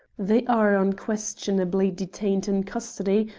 they are unquestionably detained in custody,